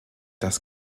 das